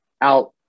out